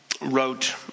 wrote